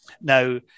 Now